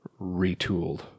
retooled